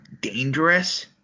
dangerous